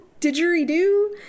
didgeridoo